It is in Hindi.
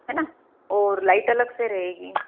है ना और लाइट अलग से रहेगी